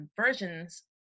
versions